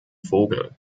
vogel